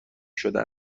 شده